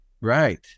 Right